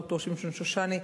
ד"ר שמשון שושני,